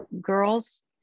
girls